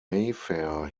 mayfair